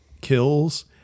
kills